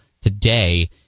today